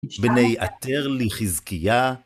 בני אטר ליחזקייה